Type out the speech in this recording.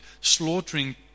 slaughtering